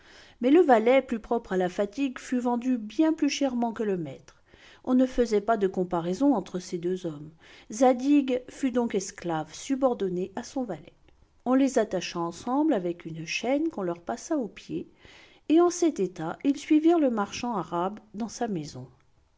mais le valet plus propre à la fatigue fut vendu bien plus chèrement que le maître on ne fesait pas de comparaison entre ces deux hommes zadig fut donc esclave subordonné à son valet on les attacha ensemble avec une chaîne qu'on leur passa aux pieds et en cet état ils suivirent le marchand arabe dans sa maison